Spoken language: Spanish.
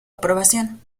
aprobación